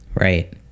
Right